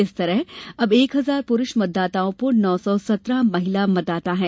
इस तरह अब एक हजार पुरुष मतदाताओं पर नौ सौ सत्रह महिला मतदाता हैं